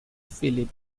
philip